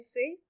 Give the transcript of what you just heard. See